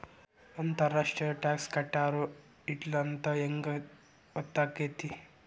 ಅಂತರ್ ರಾಷ್ಟ್ರೇಯ ಟಾಕ್ಸ್ ಕಟ್ಟ್ಯಾರೋ ಇಲ್ಲೊಂತ್ ಹೆಂಗ್ ಹೊತ್ತಾಕ್ಕೇತಿ?